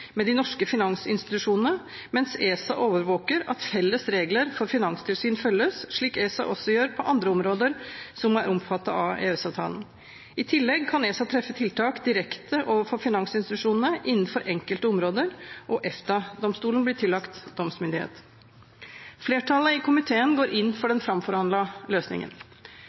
med de norske finansinstitusjonene, mens ESA overvåker at felles regler for finanstilsyn følges, slik ESA også gjør på andre områder som er omfattet av EØS-avtalen. I tillegg kan ESA treffe tiltak direkte overfor finansinstitusjonene innenfor enkelte områder, og EFTA-domstolen bli tillagt domsmyndighet. Flertallet i komiteen går inn for den framforhandlede løsningen. Enkelte motforestillinger som har vært fremmet mot den framforhandlede løsningen,